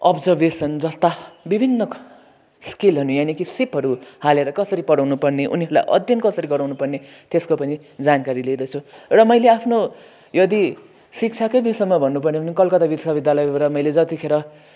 observation जस्ता विभिन्न स्किलहरू यानि कि सिपहरू हालेर कसरी पढाउनुपर्ने उनीहरूलाई अध्ययन कसरी गराउनुपर्ने त्यसको पनि जानकारी लिँदैछु एउटा मैले आफ्नो यदि शिक्षाकै विषयमा भन्नुपर्ने भने कलकत्ता विश्वविद्यालयबाट मैले जतिखेर